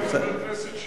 גם חבר הכנסת שטרית,